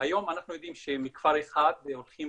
היום אנחנו יודעים שמכפר אחד מתחתנים